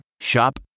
Shop